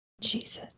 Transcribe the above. Jesus